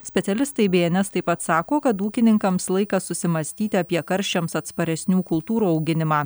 specialistai bns taip pat sako kad ūkininkams laikas susimąstyti apie karščiams atsparesnių kultūrų auginimą